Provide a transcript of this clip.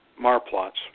Marplots